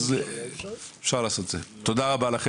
תודה רבה,